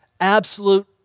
Absolute